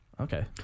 Okay